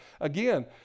Again